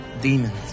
demons